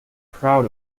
proud